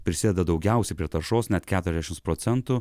prisideda daugiausiai prie taršos net keturiasdešimts procentų